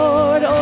Lord